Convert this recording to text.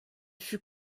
fut